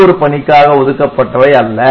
ஒரே ஒரு பணிக்காக ஒதுக்கப்பட்டவை அல்ல